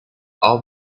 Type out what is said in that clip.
all